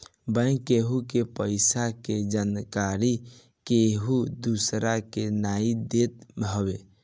bank केहु के पईसा के जानकरी केहू दूसरा के नाई देत हवे